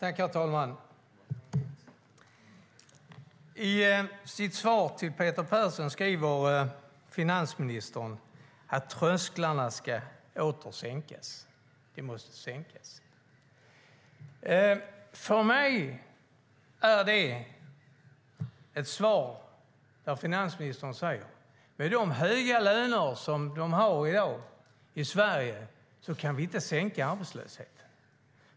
Herr talman! I sitt svar till Peter Persson säger finansministern att trösklarna åter ska sänkas. För mig innebär det som finansministern säger att med de höga löner som man i dag har i Sverige kan man inte sänka arbetslösheten.